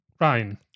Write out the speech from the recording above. Ryan